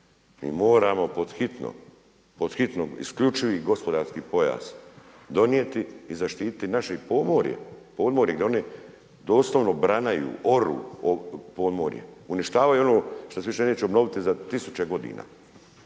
mi moramo pod hitno, pod hitno isključivi gospodarski pojas donijeti i zaštiti naše podmorje, jer one doslovno branaju, oru podmorje, uništavaju ono šta se više neće obnoviti za 1000 godina,